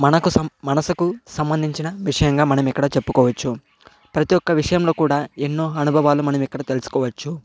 మనకు మనసుకు సంబంధించిన విషయంగా మనం ఇక్కడ చెప్పుకోవచ్చు ప్రతి ఒక్క విషయంలో కూడా ఎన్నో అనుభవాలు మనం ఎక్కడ తెలుసుకోవచ్చు